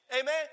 Amen